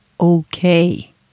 okay